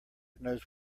knows